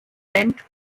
band